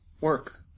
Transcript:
work